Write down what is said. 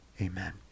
amen